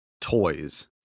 toys